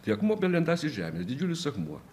tai akmuo belindąs iš žemės didžiulis akmuo